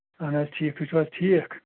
اَہن حظ ٹھیٖک تُہۍ چھُو حظ ٹھیٖک